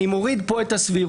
אני מוריד פה את הסבירות,